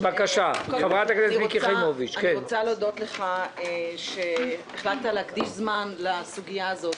אני רוצה להודות לך שהחלטת להקדיש זמן לסוגיה הזאת,